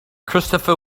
christopher